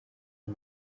ngo